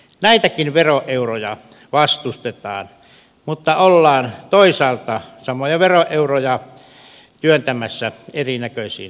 näitäkin veroeuroja vastustetaan mutta ollaan toisaalta samoja veroeuroja työntämässä erinäköisiin tukiin